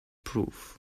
proof